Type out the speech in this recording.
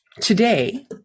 today